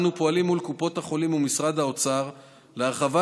אנו פועלים מול קופות החולים ומשרד האוצר להרחבת